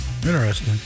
Interesting